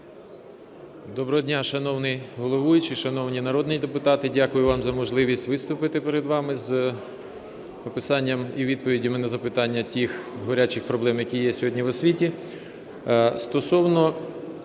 Доброго дня, шановний головуючий, шановні народні депутати! Дякую вам за можливість виступити перед вами з описанням і відповідями на запитання тих "гарячих" проблем, які є сьогодні в освіті.